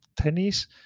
tennis